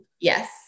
Yes